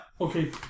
okay